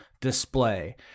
display